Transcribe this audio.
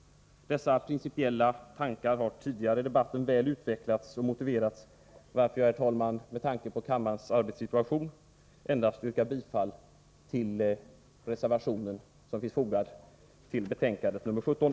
Dessa principiella tankar har tidigare i debatten väl utvecklats och motiverats, varför jag, herr talman, med tanke på kammarens arbetssituation endast yrkar bifall till moderata samlingspartiets reservation, som finns fogad till arbetsmarknadsutskottets betänkande nr 17.